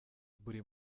buri